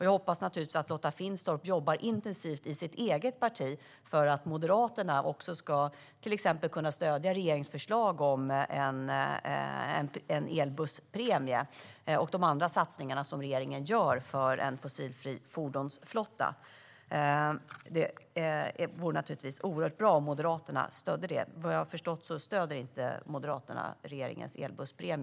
Jag hoppas naturligtvis att Lotta Finstorp jobbar intensivt i sitt eget parti för att Moderaterna ska stödja regeringens förslag om en elbusspremie och de andra satsningar regeringen gör för en fossilfri fordonsflotta. Det vore naturligtvis oerhört bra om Moderaterna stödde detta, men vad jag har förstått stöder Moderaterna inte regeringens elbusspremie.